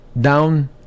down